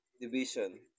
Division